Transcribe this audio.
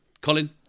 Colin